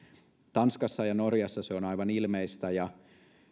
tanskassa ja norjassa se on aivan ilmeistä ja